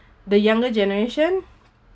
the younger generation